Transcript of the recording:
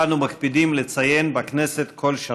שאנו מקפידים לציין בכנסת כל שנה.